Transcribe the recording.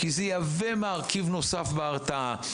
כי זה יהווה מרכיב נוסף בהרתעה,